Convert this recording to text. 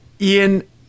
ian